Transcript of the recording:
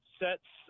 sets